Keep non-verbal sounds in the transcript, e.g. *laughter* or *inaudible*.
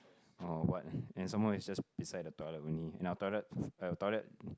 oh what and some more it's just beside the toilet only and our toilet *breath* our toilet